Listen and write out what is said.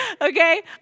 okay